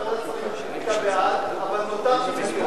אני הצבעתי בעד, אבל נותרתי במיעוט.